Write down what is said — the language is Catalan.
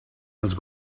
els